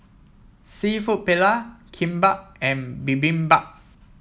seafood Paella Kimbap and Bibimbap